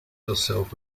yourself